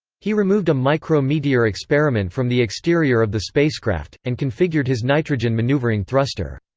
he removed a micro-meteor experiment from the exterior of the spacecraft, and configured his nitrogen maneuvering thruster.